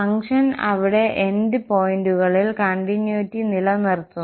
function അവിടെ end പോയിന്റുകളിൽ continuity നിലനിർത്തുന്നു